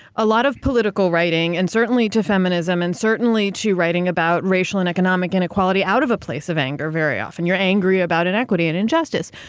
a lot of political writing and certainly to feminism and certainly to writing about racial and economic inequality out of a place of anger very often. you're angry about inequity and injustice.